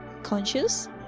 Conscious